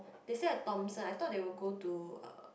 they stay at Thomson I thought they will go to